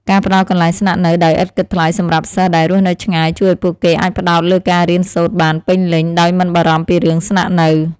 ការផ្តល់កន្លែងស្នាក់នៅដោយឥតគិតថ្លៃសម្រាប់សិស្សដែលរស់នៅឆ្ងាយជួយឱ្យពួកគេអាចផ្តោតលើការរៀនសូត្របានពេញលេញដោយមិនបារម្ភពីរឿងស្នាក់នៅ។